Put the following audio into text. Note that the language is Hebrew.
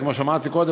כמו שאמרתי קודם,